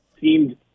seemed